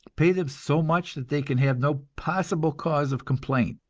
pay them so much that they can have no possible cause of complaint,